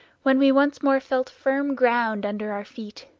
when we once more felt firm ground under our feet.